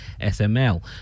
SML